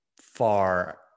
far